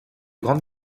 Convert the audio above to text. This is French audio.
grande